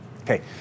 Okay